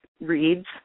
Reads